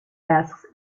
desks